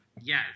yes